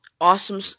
Awesome